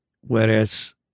Whereas